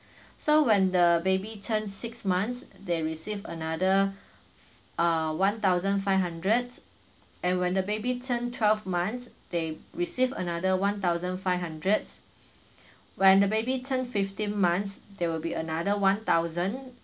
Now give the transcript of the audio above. so when the baby turns six months they receive another uh one thousand five hundred and when the baby turn twelve months they receive another one thousand five hundreds when the baby turn fifteen months there will be another one thousand